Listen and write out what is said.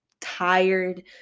tired